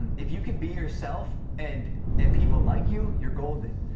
if you can be yourself and and people like you, you're golden.